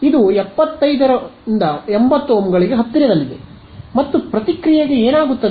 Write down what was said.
ಇದು 75 ರಿಂದ 80 ಓಮ್ಗಳಿಗೆ ಹತ್ತಿರದಲ್ಲಿದೆ ಮತ್ತು ಪ್ರತಿಕ್ರಿಯೆಗೆ ಏನಾಗುತ್ತದೆ